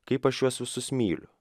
kaip aš juos visus myliu